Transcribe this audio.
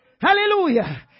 hallelujah